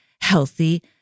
healthy